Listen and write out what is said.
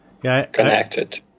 connected